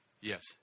Yes